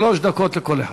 שלוש דקות לכל אחד.